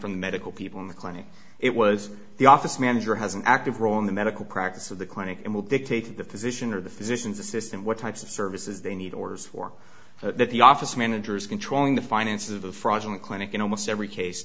from the medical people in the clinic it was the office manager has an active role in the medical practice of the clinic and take the position of the physician's assistant what types of services they need orders for so that the office manager is controlling the finances of a fraudulent clinic in almost every case